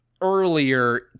earlier